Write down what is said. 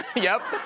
yep.